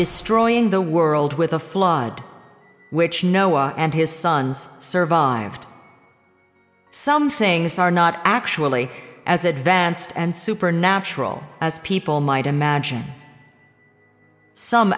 destroying the world with a flood which noah and his sons serve on some things are not actually as advanced and supernatural as people might imagine some